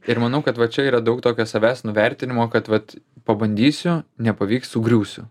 ir manau kad va čia yra daug tokio savęs nuvertinimo kad vat pabandysiu nepavyks sugriūsiu